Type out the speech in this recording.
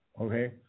okay